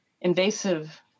invasive